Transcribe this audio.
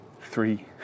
three